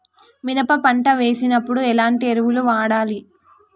మినప పంట వేసినప్పుడు ఎలాంటి ఎరువులు వాడాలి?